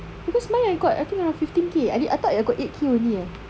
because mine I got around I think fifteen K I I thought I got eight K only eh